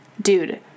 dude